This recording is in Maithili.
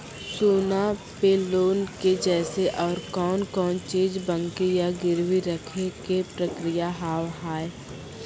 सोना पे लोन के जैसे और कौन कौन चीज बंकी या गिरवी रखे के प्रक्रिया हाव हाय?